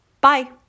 Bye